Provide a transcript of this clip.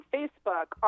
Facebook